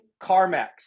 CarMax